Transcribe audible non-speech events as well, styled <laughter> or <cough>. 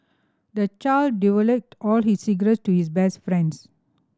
the child <unintelligible> all his secret to his best friends